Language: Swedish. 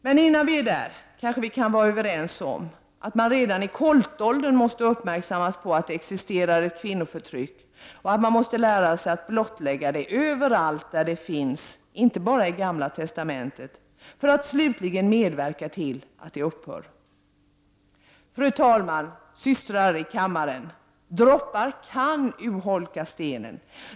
Men innan vi är där kan vi kanske vara överens om att man redan i koltåldern måste uppmärksammas på att det existerar ett kvinnoförtryck och att man måste lära sig att blottlägga det överallt där det finns — inte bara Gamla testamentet — för att slutligen medverka till att det upphör. Fru talman, systrar i kammaren! Droppar kan urholka stenen.